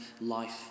life